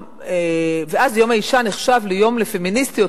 ואז יום האשה נחשב ליום לפמיניסטיות,